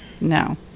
No